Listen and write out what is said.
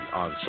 on